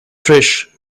trish